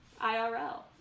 IRL